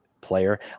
player